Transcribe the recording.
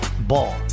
Ball